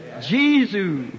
Jesus